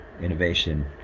innovation